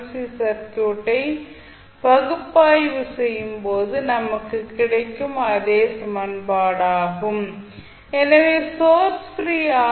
C சர்க்யூட்டை பகுப்பாய்வு செய்யும் போது நமக்குக் கிடைக்கும் அதே சமன்பாடாகும் எனவே சோர்ஸ் ப்ரீ ஆர்